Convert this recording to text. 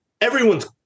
everyone's